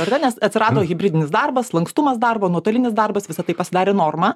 ar ne nes atsirado hibridinis darbas lankstumas darbo nuotolinis darbas visa tai pasidarė norma